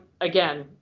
again